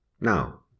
Now